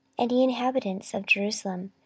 and ye inhabitants of jerusalem,